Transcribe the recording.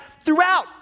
throughout